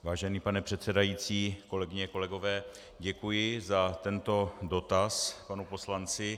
Vážený pane předsedající, kolegyně a kolegové, děkuji za tento dotaz panu poslanci.